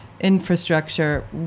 infrastructure